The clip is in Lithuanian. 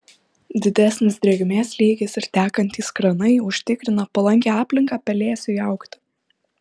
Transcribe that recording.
didesnis drėgmės lygis ir tekantys kranai užtikrina palankią aplinką pelėsiui augti